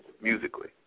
musically